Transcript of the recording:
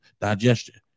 digestion